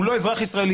הוא לא אזרח ישראלי,